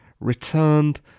returned